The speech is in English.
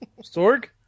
Storg